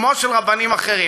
כמו של רבנים אחרים.